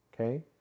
okay